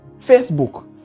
Facebook